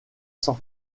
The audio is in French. san